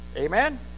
amen